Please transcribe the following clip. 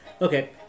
Okay